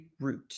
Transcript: Root